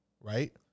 right